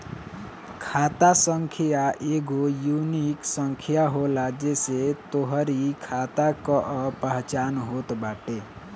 खाता संख्या एगो यूनिक संख्या होला जेसे तोहरी खाता कअ पहचान होत बाटे